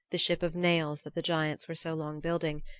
the ship of nails that the giants were so long building,